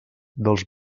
dels